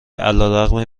علیرغم